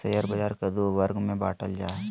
share बाज़ार के दू वर्ग में बांटल जा हइ